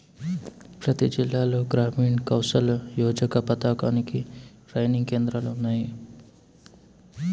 ప్రతి జిల్లాలో గ్రామీణ్ కౌసల్ యోజన పథకానికి ట్రైనింగ్ కేంద్రాలు ఉన్నాయి